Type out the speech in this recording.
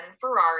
Ferrari